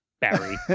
Barry